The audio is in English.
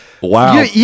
Wow